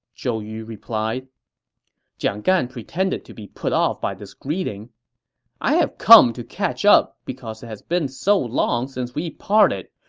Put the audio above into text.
zhou yu replied jiang gan pretended to be put off by this greeting i have come to catch up because it has been so long since we parted.